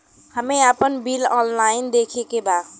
हमे आपन bill online देखे के बा?